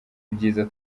byiza